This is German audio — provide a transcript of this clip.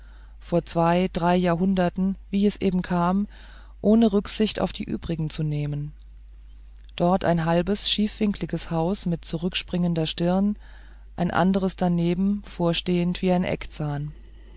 vor zwei drei jahrhunderten wie es eben kam ohne rücksicht auf die übrigen zu nehmen dort ein halbes schiefwinkliges haus mit zurückspringender stirn ein andres daneben vorstehend wie ein eckzahn